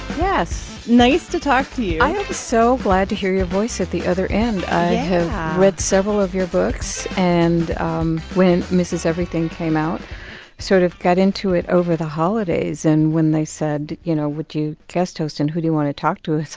yes nice to talk to you i am so glad to hear your voice at the other end yeah i have read several of your books. and um when mrs. everything came out, i sort of got into it over the holidays. and when they said, you know, would you guest host and who do you want to talk to?